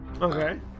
Okay